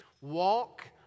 walk